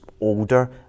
older